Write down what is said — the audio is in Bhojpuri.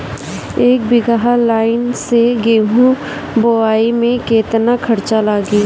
एक बीगहा लाईन से गेहूं बोआई में केतना खर्चा लागी?